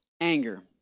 Anger